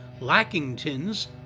Lackingtons